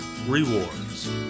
Rewards